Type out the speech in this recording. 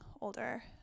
older